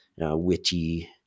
witty